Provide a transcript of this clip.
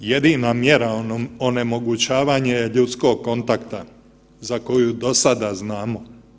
Jedina mjera onemogućavanje je ljudskog kontakta za koju dosada znamo.